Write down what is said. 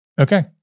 Okay